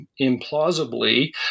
implausibly